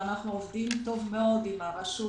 ואנחנו עובדים טוב מאוד את הרשות,